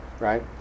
right